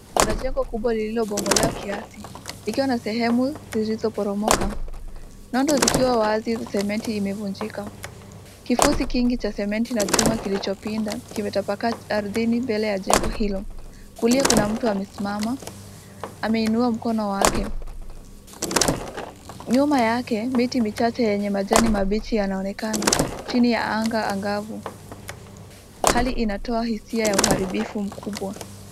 Kuna jengo kubwa kubwa lililobomelewa kiasi, lililo na sehemu zilizo poromoka, mlango zikiwa wazi sementi imevunjika, kifusi kingi cha sementi na chuma kilchopinda kimetapakaa ardhini, mbele ya jengo hilo, kulia kuna mtu amesimama ameinua mkono wake, nyuma yake miti michache yenye majani mabichi yanaonekana chini ya anga angavu. Hali inatoa hisia ya uharibifu mkubwa.